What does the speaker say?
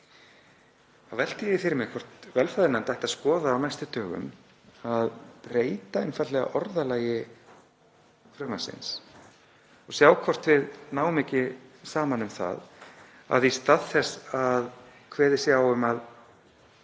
Taha Karim — hvort velferðarnefnd ætti að skoða á næstu dögum að breyta einfaldlega orðalagi frumvarpsins og sjá hvort við náum ekki saman um að í stað þess að kveðið sé á um að